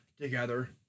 together